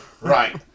Right